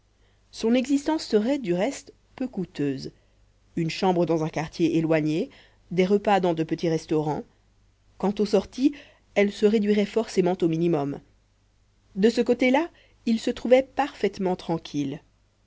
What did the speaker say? son existence serait du reste peu coûteuse une chambre dans un quartier éloigné des repas dans de petits restaurants quant aux sorties elles se réduiraient forcément au minimum de ce côté-là il se trouvait parfaitement tranquille